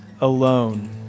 alone